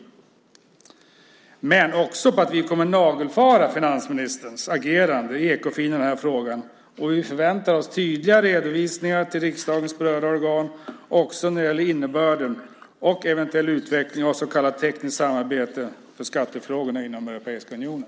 Vi kommer också att nagelfara finansministerns agerande i Ekofin i den här frågan. Vi förväntar oss tydliga redovisningar till riksdagens berörda organ också när det gäller innebörden och eventuell utveckling av så kallat tekniskt samarbete för skattefrågorna inom Europeiska unionen.